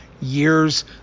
years